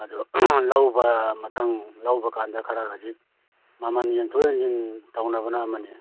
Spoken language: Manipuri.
ꯑꯗꯨ ꯂꯧꯕ ꯃꯊꯪ ꯂꯧꯕ ꯀꯥꯟꯗ ꯈꯔ ꯍꯧꯖꯤꯛ ꯃꯃꯟ ꯌꯦꯡꯊꯣꯛ ꯌꯦꯡꯁꯤꯟ ꯇꯧꯅꯕꯅ ꯑꯃꯅꯤ